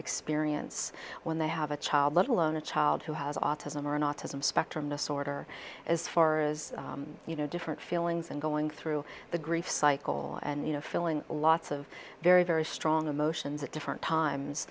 experience when they have a child let alone a child who has autism or an autism spectrum disorder as far as you know different feelings and going through the grief cycle and you know feeling lots of very very strong emotions at different times